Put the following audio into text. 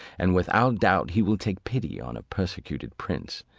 and without doubt he will take pity on a persecuted prince,